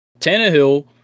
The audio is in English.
Tannehill